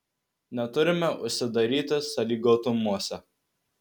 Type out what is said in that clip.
neturime užsidaryti sąlygotumuose